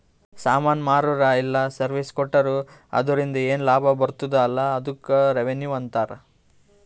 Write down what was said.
ಸಾಮಾನ್ ಮಾರುರ ಇಲ್ಲ ಸರ್ವೀಸ್ ಕೊಟ್ಟೂರು ಅದುರಿಂದ ಏನ್ ಲಾಭ ಬರ್ತುದ ಅಲಾ ಅದ್ದುಕ್ ರೆವೆನ್ಯೂ ಅಂತಾರ